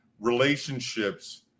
relationships